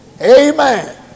Amen